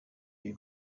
iyi